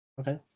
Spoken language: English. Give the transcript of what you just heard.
Okay